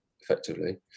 effectively